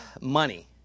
money